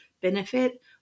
benefit